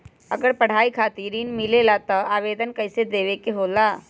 अगर पढ़ाई खातीर ऋण मिले ला त आवेदन कईसे देवे के होला?